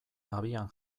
abian